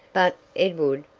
but, edward,